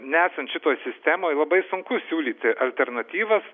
nesant šitoj sistemoj labai sunku siūlyti alternatyvas